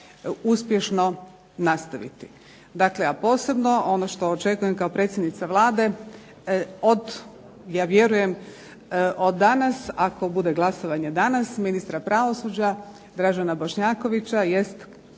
uspješno nastaviti. Dakle, posebno ono što očekujem kao predsjednica Vlade, ja vjerujem od danas ako bude glasovanje danas ministra pravosuđa Dražena Bošnjakovića